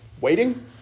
waiting